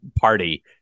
party